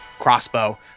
crossbow